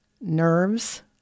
nerves